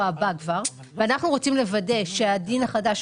הבא כבר ואנחנו רוצים לוודא שהדין החדש,